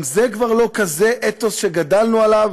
גם זה כבר לא כזה אתוס שגדלנו עליו,